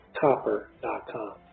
copper.com